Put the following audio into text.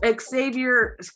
Xavier